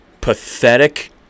pathetic